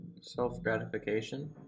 Self-gratification